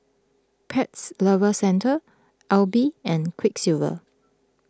Pet Lovers Centre Aibi and Quiksilver